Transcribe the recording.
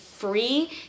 Free